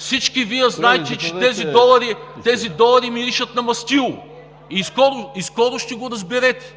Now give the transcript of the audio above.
Всички Вие знаете, че тези долари миришат на мастило и скоро ще го разберете